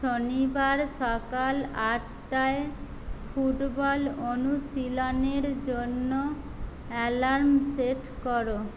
শনিবার সকাল আটটায় ফুটবল অনুশীলনের জন্য অ্যালার্ম সেট করো